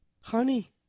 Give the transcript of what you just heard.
Honey